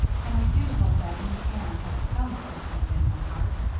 and i do hope that new aunt has some christmas in her heart.